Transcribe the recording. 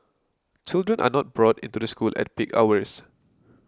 children are not brought into the school at peak hours